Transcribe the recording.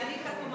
כי אני חתומה,